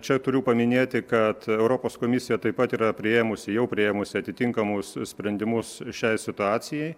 čia turiu paminėti kad europos komisija taip pat yra priėmusi jau priėmusi atitinkamus sprendimus šiai situacijai